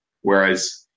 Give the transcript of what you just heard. Whereas